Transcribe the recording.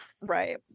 Right